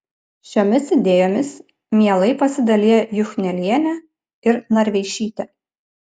šiomis idėjomis mielai pasidalija juchnelienė ir narveišytė